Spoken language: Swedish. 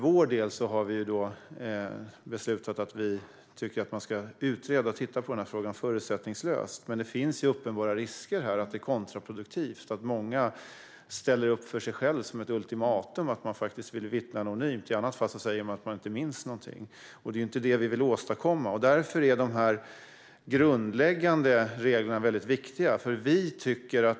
Vi har beslutat att vi tycker att man ska titta på den här frågan förutsättningslöst. Men det finns uppenbara risker för att det blir kontraproduktivt, att många ställer upp det som ett ultimatum och använder att man vill vittna anonymt. I andra fall säger man att man inte minns någonting. Det är inte det vi vill åstadkomma. Därför är de grundläggande reglerna viktiga.